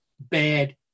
bad